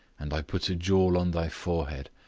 and i put a jewel on thy forehead,